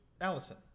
Allison